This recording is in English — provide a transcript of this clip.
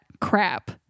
crap